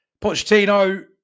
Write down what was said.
pochettino